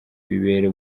bibera